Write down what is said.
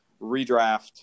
redraft